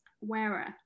wearer